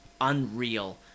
unreal